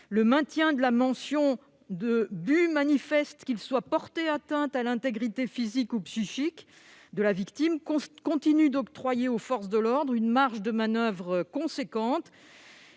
le maintien de la mention de « but manifeste » de porter atteinte à l'intégrité physique ou psychique de la victime continue d'octroyer aux forces de l'ordre une marge de manoeuvre importante